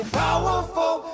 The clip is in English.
powerful